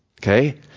Okay